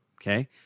Okay